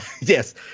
Yes